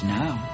now